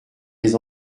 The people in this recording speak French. les